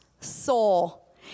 soul